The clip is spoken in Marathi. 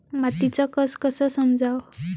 मातीचा कस कसा समजाव?